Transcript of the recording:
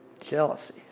Jealousy